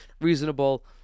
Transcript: reasonable